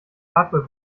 hardware